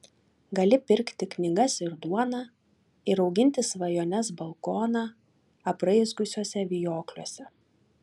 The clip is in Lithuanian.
gali pirkti knygas ir duoną ir auginti svajones balkoną apraizgiusiuose vijokliuose